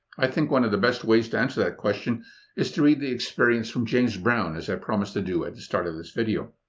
i think one of the best ways to answer that question is to read the experience from jamesbrown as i promised to do at the start of this video.